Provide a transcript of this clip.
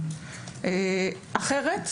וגם אז,